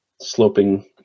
sloping